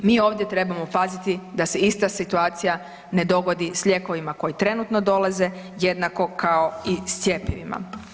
Mi ovdje trebamo paziti da se ista situacija ne dogodi s lijekovima koji trenutno dolaze jednako kao i s cjepivima.